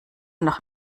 noch